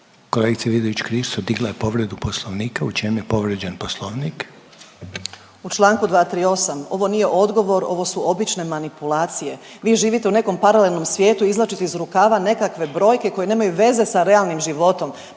Kolegica Vidović Krišto digla je povredu poslovnika. U čemu je povrijeđen poslovnik? **Vidović Krišto, Karolina (OIP)** U čl. 238. ovo nije odgovor ovo su obične manipulacije. Vi živite u nekom paralelnom svijetu izvlačite iz rukava nekakve brojke koje nemaju veze sa realnim životom.